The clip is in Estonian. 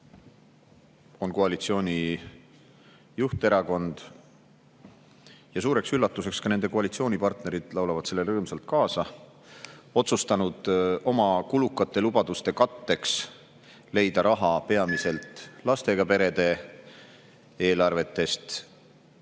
on koalitsiooni juhterakond – ja suureks üllatuseks ka nende koalitsioonipartnerid laulavad sellele rõõmsalt kaasa – otsustanud oma kulukate lubaduste katteks leida raha peamiselt lastega perede eelarvetest otse